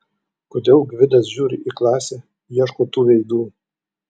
kodėl gvidas žiūri į klasę ieško tų veidų